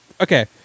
okay